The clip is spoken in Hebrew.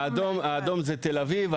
האדם זה תל אביב,